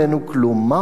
מה הוכחנו?